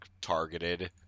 targeted